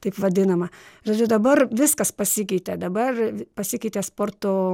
taip vadinamą žodžiu dabar viskas pasikeitė dabar pasikeitė sporto